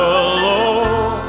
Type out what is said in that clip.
alone